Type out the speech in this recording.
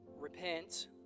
repent